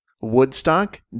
Woodstock